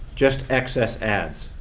just excess ads.